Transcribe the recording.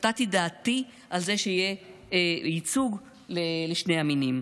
נתתי דעתי על זה שיהיה ייצוג לשני המינים.